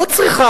לא צריכה,